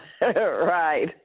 right